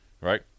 right